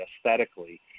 aesthetically